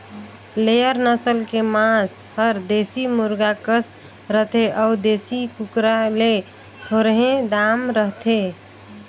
layer नसल के मांस हर देसी मुरगा कस रथे अउ देसी कुकरा ले थोरहें दाम रहथे